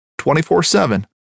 24-7